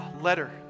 letter